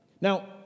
Now